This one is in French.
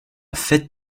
fête